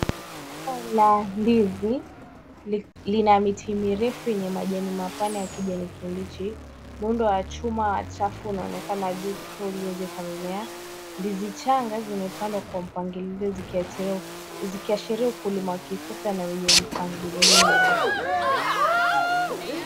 Shamba la ndizi lina miti mirefu yenye majani mapana ya kijani kibichi. Muundo wa chuma wa chafu unaonekana juu ukitoa ulinzi kwa mimea. Ndizi changa zimepandwa kwa mpangilio zikiashiria ukulima wa kisasa na wenye mpangilio.